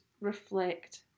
reflect